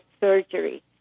surgery